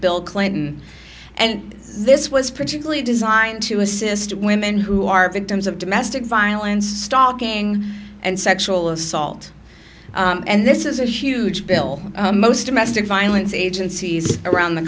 bill clinton and this was principally designed to assist women who are victims of domestic violence stalking and sexual assault and this is a huge bill most domestic violence agencies around the